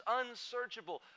unsearchable